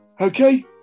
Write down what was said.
Okay